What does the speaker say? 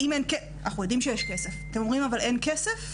אנחנו יודעים שיש כסף, אתם אומרים שאין כסף?